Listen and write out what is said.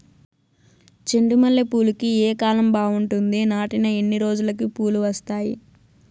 చెండు మల్లె పూలుకి ఏ కాలం బావుంటుంది? నాటిన ఎన్ని రోజులకు పూలు వస్తాయి?